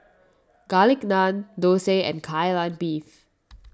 Garlic Naan Thosai and Kai Lan Beef